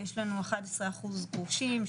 יש לנו 11 אחוז גרושים,